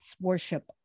worship